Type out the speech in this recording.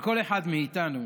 על כל אחד מאיתנו